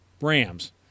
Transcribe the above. Rams